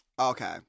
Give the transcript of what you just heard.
Okay